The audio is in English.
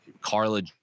Carla